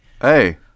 Hey